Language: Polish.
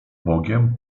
bogiem